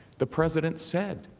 the president said